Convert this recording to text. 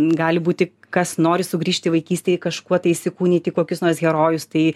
gali būti kas nori sugrįžt į vaikystę į kažkuo tai įsikūnyt į kokius nors herojus tai